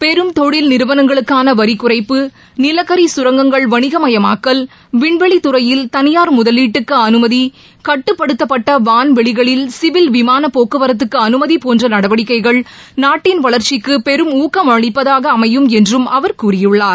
பெரும் தொழில் நிறுவனங்களுக்கானவரிகுறைப்பு நிலக்கரிகரங்கங்கள் வணிகமயமாக்கல் விண்வெளித் துறையில் தளியார் முதலீட்டுக்குஅனுமதி கட்டுப்படுத்தப்பட்டவாண்வெளிகளில் சிவில் விமானப் போக்குவரத்துக்குஅனுமதி போன்றநடவடிக்கைகள் நாட்டின் வளர்ச்சிக்குபெரும் ஊக்கம் அளிப்பதாகஅமையும் என்றும் அவர் கூறியுள்ளார்